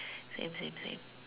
same same same